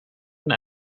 een